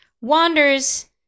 wanders